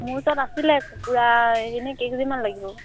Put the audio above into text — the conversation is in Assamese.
মোৰ ওচৰত আছিলে কুকুৰা এনেই কেই কেজিমান লাগিব